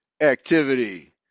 activity